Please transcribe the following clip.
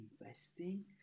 investing